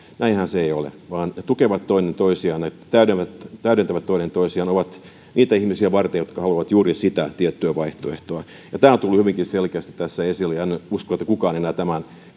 näinhän se ei ole vaan ne tukevat toinen toisiaan ne täydentävät täydentävät toinen toisiaan ovat niitä ihmisiä varten jotka haluavat juuri sitä tiettyä vaihtoehtoa tämä on tullut hyvinkin selkeästi tässä esille ja uskon ettei kukaan enää tämän